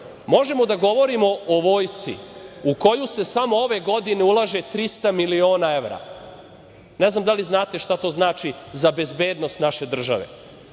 Vučić. Možemo da govorimo o vojsci u koju se samo ove godine ulaže 300 miliona evra. Ne znam da li znate šta to znači za bezbednost naše države.